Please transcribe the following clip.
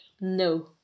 No